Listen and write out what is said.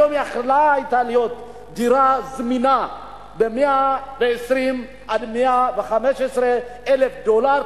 היום יכלה היתה להיות דירה זמינה ב-120,000 115,000 דולר,